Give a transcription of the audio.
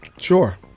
Sure